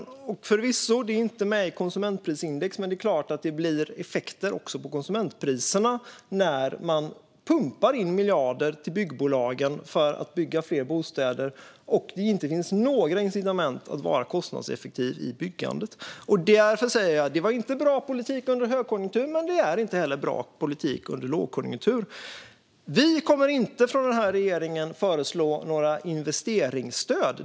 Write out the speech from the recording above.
Det är förvisso inte med i konsumentprisindex, men det är klart att det blir effekter också på konsumentpriserna när man pumpar in miljarder till byggbolagen för att de ska bygga fler bostäder och det inte finns några incitament att vara kostnadseffektiv i byggandet. Därför säger jag: Det var inte bra politik under en högkonjunktur, men det är inte heller bra politik under en lågkonjunktur. Den här regeringen kommer inte att föreslå några investeringsstöd.